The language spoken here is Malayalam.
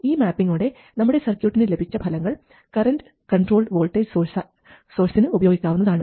ഈ മാപ്പിംഗോടെ നമ്മുടെ സർക്യൂട്ടിന് ലഭിച്ച ഫലങ്ങൾ കറൻറ് കൺട്രോൾഡ് വോൾട്ടേജ് സോഴ്സിന് ഉപയോഗിക്കാവുന്നതാണ്